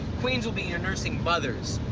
queens will be your nursing mothers.